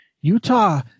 Utah